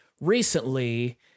recently